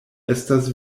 estas